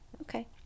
Okay